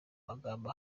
magambo